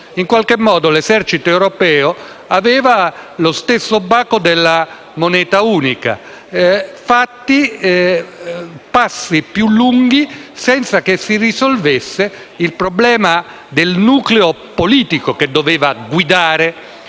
In qualche modo, l'esercito europeo aveva lo stesso baco della moneta unica: sono stati fatti passi più lunghi senza che si risolvesse il problema del nucleo politico che doveva guidare